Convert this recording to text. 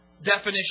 Definition